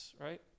right